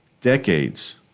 decades